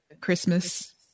Christmas